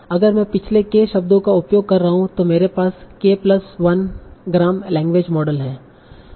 अगर मैं पिछले k शब्दों का उपयोग कर रहा हूं तों मेरे पास k plus 1 gram language model है